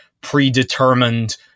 predetermined